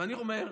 ואני אומר,